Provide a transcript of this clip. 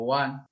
one